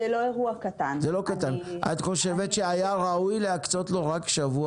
אני רק רוצה לומר שגם אם היה יותר זמן,